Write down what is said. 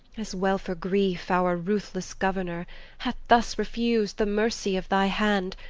as well for grief our ruthless governor hath thus refus'd the mercy of thy hand,